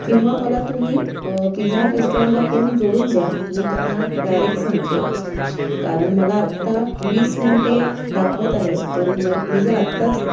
किंवा मला तुम्ही पिझ्झा हट रेस्टॉरंटला फोन जोडून द्या मी त्यांना डायरेक सांगते कारण मला आत्ता वीस मिनटे दाखवत आहे तर मै मी जर आत्ताच